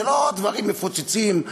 זה לא דברים מפוצצים,